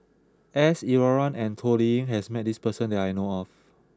S Iswaran and Toh Liying has met this person that I know of